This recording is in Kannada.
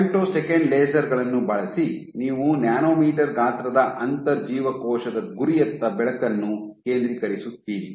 ಫೆಮ್ಟೋಸೆಕೆಂಡ್ ಲೇಸರ್ ಗಳನ್ನು ಬಳಸಿ ನೀವು ನ್ಯಾನೊಮೀಟರ್ ಗಾತ್ರದ ಅಂತರ್ಜೀವಕೋಶದ ಗುರಿಯತ್ತ ಬೆಳಕನ್ನು ಕೇಂದ್ರೀಕರಿಸುತ್ತೀರಿ